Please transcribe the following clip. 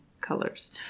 colors